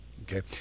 Okay